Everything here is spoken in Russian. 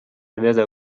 обеда